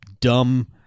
dumb